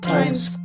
Times